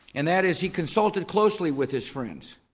and that is, he consulted closely with his friends.